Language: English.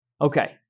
Okay